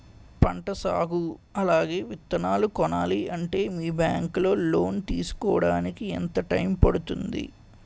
పంట సాగు అలాగే విత్తనాలు కొనాలి అంటే మీ బ్యాంక్ లో లోన్ తీసుకోడానికి ఎంత టైం పడుతుంది?